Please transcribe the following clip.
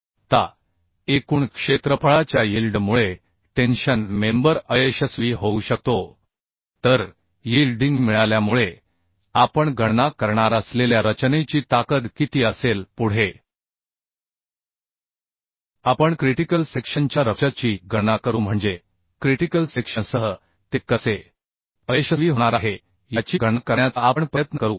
आता एकूण क्षेत्रफळाच्या यिल्ड मुळे टेन्शन मेंबर अयशस्वी होऊ शकतो तर यील्डिंग मिळाल्यामुळे आपण गणना करणार असलेल्या रचनेची ताकद किती असेल पुढे आपण क्रिटिकल सेक्शनच्या रप्चर ची गणना करू म्हणजे क्रिटिकल सेक्शनसह ते कसे अयशस्वी होणार आहे याची गणना करण्याचा आपण प्रयत्न करू